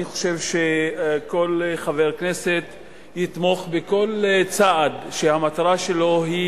אני חושב שכל חבר כנסת יתמוך בכל צעד שהמטרה שלו היא